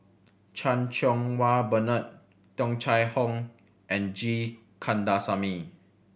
Chan Cheng Wah Bernard Tung Chye Hong and G Kandasamy